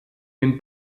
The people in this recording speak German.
den